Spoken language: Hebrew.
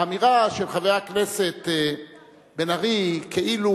האמירה של חבר הכנסת בן-ארי, כאילו,